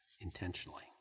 intentionally